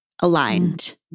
aligned